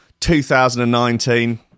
2019